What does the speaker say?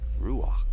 Ruach